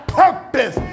purpose